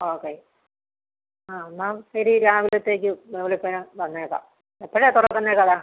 okay ആ എന്നാൽ ശരി രാവിലത്തേക്ക് വെളുപ്പിനെ വന്നേക്കാം എപ്പോഴാ തുറക്കുന്നേ കട